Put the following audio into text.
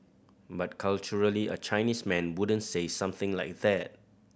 but culturally a Chinese man wouldn't say something like that